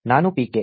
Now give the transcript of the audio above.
ನಾನು ಪಿಕೆ